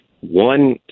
One